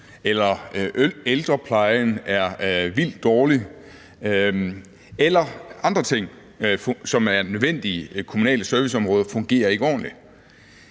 ældreplejen er vildt dårlig, eller andre nødvendige kommunale serviceområder fungerer ikke ordentlig.